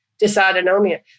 dysautonomia